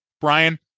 Brian